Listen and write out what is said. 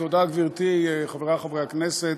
גברתי, חברי חברי הכנסת,